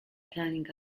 planning